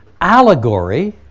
Allegory